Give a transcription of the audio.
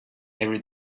every